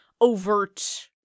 overt